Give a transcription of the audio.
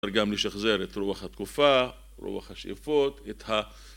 וגם לשחזר את רוח התקופה, רוח השאיפות, את ה...